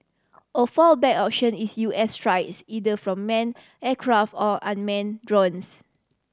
a fallback option is U S strikes either from man aircraft or unman drones